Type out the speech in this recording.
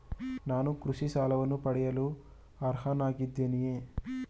ನಾನು ಕೃಷಿ ಸಾಲವನ್ನು ಪಡೆಯಲು ಅರ್ಹನಾಗಿದ್ದೇನೆಯೇ?